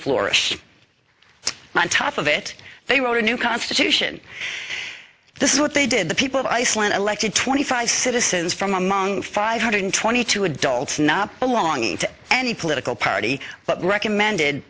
floor on top of it they wrote a new constitution this is what they did the people of iceland elected twenty five citizens from among five hundred twenty two adults not belonging to any political party but recommended